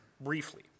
briefly